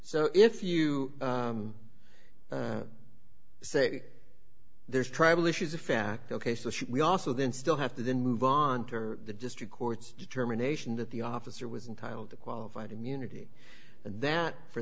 so if you say there's tribal issues a fact ok so we also then still have to then move on to the district court's determination that the officer was entitled to qualified immunity and that for